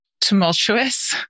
tumultuous